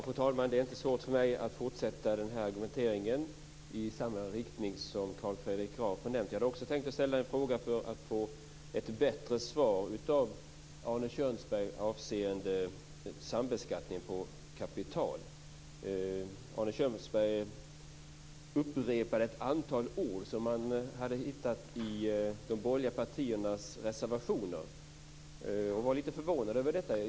Fru talman! Det är inte svårt för mig att fortsätta argumenteringen i samma riktning som Carl Fredrik Graf. Jag tänkte ställa en fråga för att få ett bättre svar av Arne Kjörnsberg avseende sambeskattning på kapital. Arne Kjörnsberg räknade upp ett antal år som han hade hittat i de borgerliga partiernas reservationer. Jag var lite förvånad över detta.